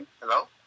Hello